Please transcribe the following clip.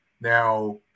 Now